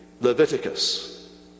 Leviticus